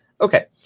Okay